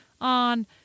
on